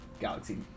Galaxy